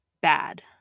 bad